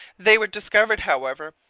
they were discovered, however,